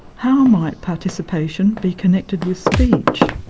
how might participation be connected with speech?